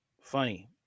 funny